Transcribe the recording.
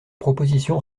propositions